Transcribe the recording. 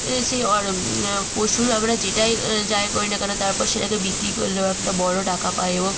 এ সেই অর পশুর আমরা যেটাই যাই করি না কেন তারপর সেটাকে বিক্রি করলেও একটা বড়ো টাকা পাই এবং